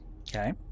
Okay